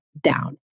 down